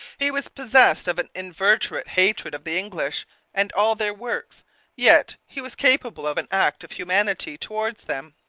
he was possessed of an inveterate hatred of the english and all their works yet he was capable of an act of humanity towards them.